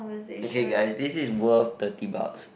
okay guys this is worth thirty bucks